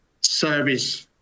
service